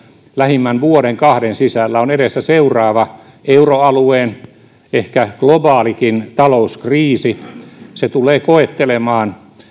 lähimmän vuoden kahden sisällä on edessä seuraava euroalueen ehkä globaalikin talouskriisi se tulee koettelemaan